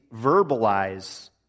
verbalize